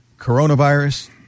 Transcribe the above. coronavirus